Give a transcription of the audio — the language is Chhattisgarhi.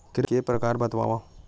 के प्रकार बतावव?